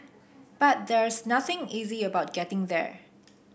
but there's nothing easy about getting there